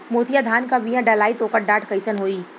मोतिया धान क बिया डलाईत ओकर डाठ कइसन होइ?